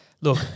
Look